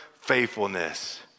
faithfulness